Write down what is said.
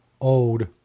old